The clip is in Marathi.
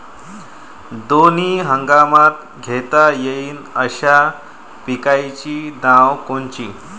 दोनी हंगामात घेता येईन अशा पिकाइची नावं कोनची?